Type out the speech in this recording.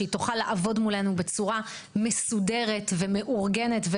שתוכל לעבוד מולנו בצורה מסודרת ומאורגנת,